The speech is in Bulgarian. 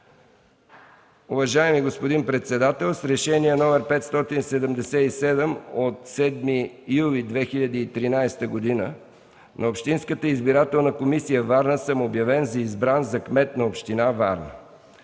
„Уважаеми господин председател, с Решение № 577 от 7 юли 2013 г. на Общинската избирателна комисия – Варна, съм обявен за избран за кмет на Община Варна.